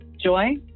Joy